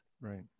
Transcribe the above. Right